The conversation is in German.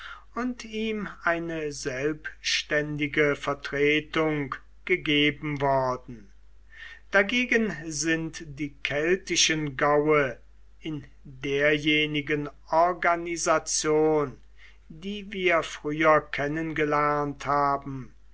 und ihm eine selbständige vertretung gegeben worden dagegen sind die keltischen gaue in derjenigen organisation die wir früher kennengelernt haben